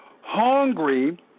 hungry